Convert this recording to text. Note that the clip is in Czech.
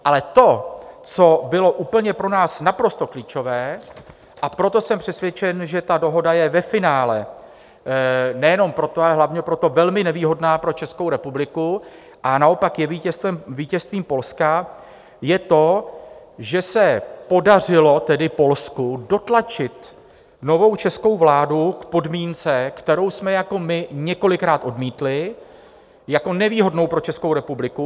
Ale to, co bylo pro nás úplně naprosto klíčové, a proto jsem přesvědčen, že ta dohoda je ve finále nejenom proto, ale hlavně proto velmi nevýhodná pro Českou republiku a naopak je vítězstvím Polska, je to, že se podařilo Polsku dotlačit novou českou vládu k podmínce, kterou jsme my několikrát odmítli jako nevýhodnou pro Českou republiku.